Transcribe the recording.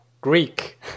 Greek